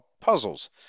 puzzles